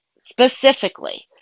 specifically